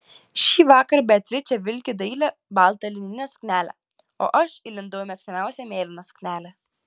šįvakar beatričė vilki dailią baltą lininę suknelę o aš įlindau į mėgstamiausią mėlyną suknelę